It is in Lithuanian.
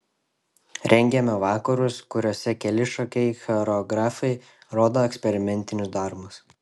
rengiame vakarus kuriuose keli šokėjai choreografai rodo eksperimentinius darbus